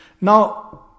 Now